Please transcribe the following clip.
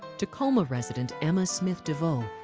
tacoma resident emma smith devoe,